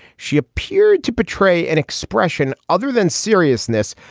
she appeared to portray an expression other than seriousness.